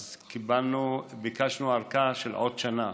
אז ביקשנו ארכה של עוד שנה.